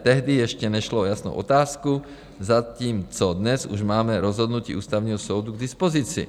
Tehdy ještě nešlo o jasnou otázku, zatímco dnes už máme rozhodnutí Ústavního soudu k dispozici.